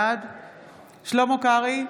בעד שלמה קרעי,